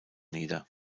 nieder